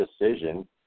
decision